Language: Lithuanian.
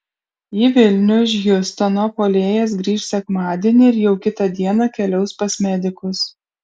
į vilnių iš hjustono puolėjas grįš sekmadienį ir jau kitą dieną keliaus pas medikus